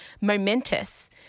momentous